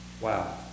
Wow